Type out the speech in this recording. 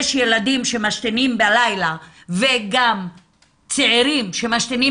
יש ילדים שמשתינים בלילה וגם צעירים שמשתינים